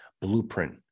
blueprint